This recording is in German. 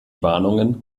warnungen